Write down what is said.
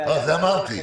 זה אמרתי.